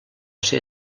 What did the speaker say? ser